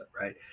Right